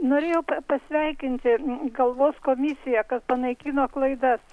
norėjau pasveikinti kalbos komisiją kad panaikino klaidas